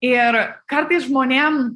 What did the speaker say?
ir kartais žmonėm